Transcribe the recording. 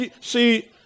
see